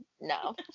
No